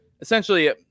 essentially